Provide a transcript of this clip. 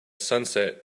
sunset